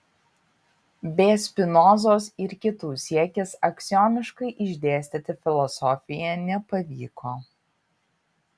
b spinozos ir kitų siekis aksiomiškai išdėstyti filosofiją nepavyko